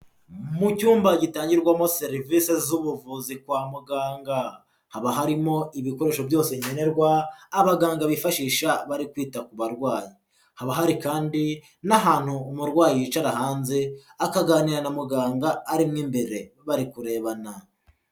Mu cyumba gitangirwamo serivisi z'ubuvuzi kwa muganga, haba harimo ibikoresho byose nkenenerwa abaganga bifashisha bari kwita ku barwayi, haba hari kandi n'ahantu umurwayi yicara hanze akaganira na muganga arimo imbere bari kurebana.